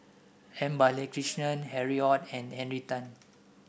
M Balakrishnan Harry Ord and Henry Tan